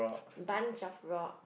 bunch of rock